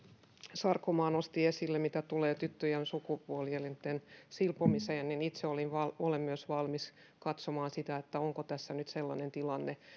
sarkomaa nosti esille siitä mitä tulee sukupuolielinten silpomiseen myös itse olen valmis katsomaan sitä onko tässä nyt sellainen tilanne